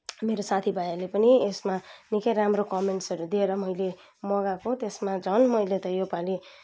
मेरो साथीभाइहरूले पनि यसमा निकै राम्रो कमेन्टसहरू दिएर मैले मगाएको त्यसमा झन् मैले त यस पालि